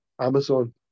Amazon